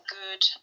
good